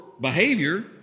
behavior